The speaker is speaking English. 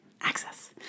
access